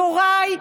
יוראי מבין,